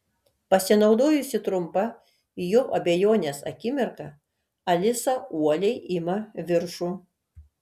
pasinaudojusi trumpa jo abejonės akimirka alisa uoliai ima viršų